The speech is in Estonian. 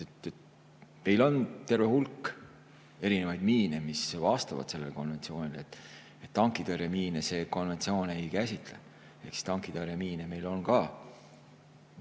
on terve hulk erinevaid miine, mis vastavad sellele konventsioonile. Tankitõrjemiine see konventsioon ei käsitle. Tankitõrjemiine on meil ka.